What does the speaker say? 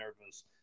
nervous